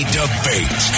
debate